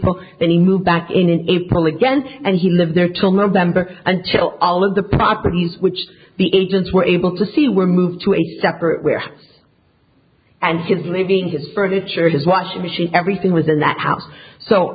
april then he moved back in april again and he lived there till november until all of the properties which the agents were able to see were moved to a separate where and his living his furniture his washing machine everything was in that house so